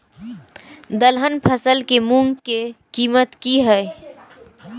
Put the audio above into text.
दलहन फसल के मूँग के कीमत की हय?